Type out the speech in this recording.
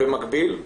במקביל,